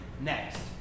next